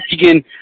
Michigan